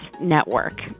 network